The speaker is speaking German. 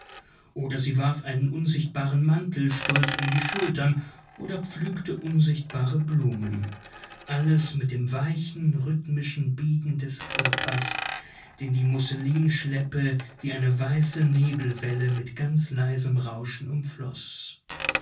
oder sie warf einen unsichtbaren mantel stolz um die schultern oder pflückte unsichtbare blumen alles mit dem weichen rhythmischen biegen des körpers den die musselinschleppe wie eine weiße nebelwelle mit ganz leisem rauschen